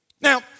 Now